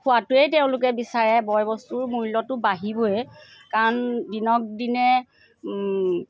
হোৱাটোৱেই তেওঁলোকে বিচাৰে বয় বস্তুৰ মূল্যটো বাঢ়িবই কাৰণ দিনক দিনে